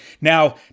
Now